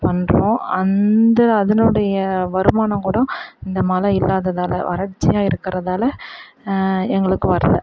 பண்ணுறோம் அந்த அதனுடைய வருமானம் கூட இந்த மழை இல்லாததால் வறட்சியாக இருக்கிறதால எங்களுக்கு வரலை